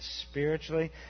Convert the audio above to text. spiritually